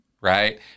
right